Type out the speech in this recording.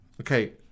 okay